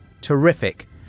terrific